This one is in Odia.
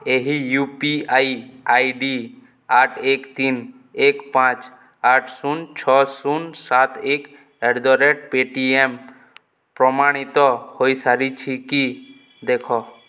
ଏହି U P I I D ଆଠ ଏକ ତିନ ଏକ ପାଞ୍ଚ ଆଠ ଶୂନ ଛଅ ଶୂନ ସାତ ଏକ ଏଟ୍ ଦ ରେଟ୍ ପେଟିଏମ୍ ପ୍ରମାଣିତ ହେଇସାରିଛି କି ଦେଖ